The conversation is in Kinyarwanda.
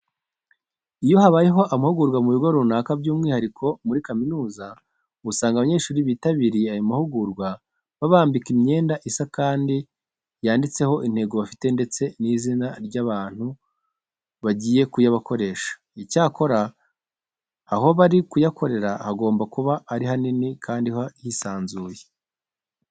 Iyo habaye amahugurwa mu bigo runaka by'umwihariko muri kaminuza, usanga abanyeshuri bitabiriye ayo mahugurwa babambika imyenda isa kandi yanditseho intego bafite ndetse n'izina ry'abantu bagiye kuyabakoresha. Icyakora aho bari kuyakorera hagomba kuba ari hanini kandi hisanzuye.